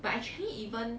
but actually even